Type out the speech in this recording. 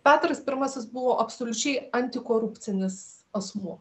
petras pirmasis buvo absoliučiai antikorupcinis asmuo